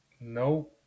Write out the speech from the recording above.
No